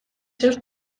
seus